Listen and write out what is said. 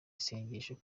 isengesho